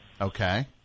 okay